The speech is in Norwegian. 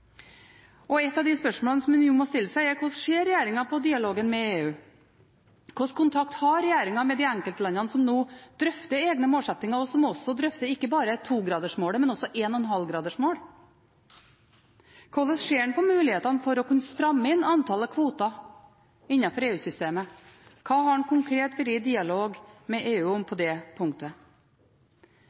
Spørsmålene som en jo må stille seg, er: Hvordan ser regjeringen på dialogen med EU? Hvilken kontakt har regjeringen med de enkeltlandene som nå drøfter egne målsettinger, og som drøfter ikke bare togradersmålet, men også 1,5-gradersmål? Hvordan ser en på mulighetene for å kunne stramme inn antallet kvoter innenfor EU-systemet? Hva har en konkret vært i dialog med EU om på det punktet?